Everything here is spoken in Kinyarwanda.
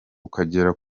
ukagera